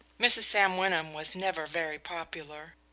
mrs. sam wyndham was never very popular.